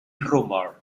rumor